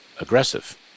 aggressive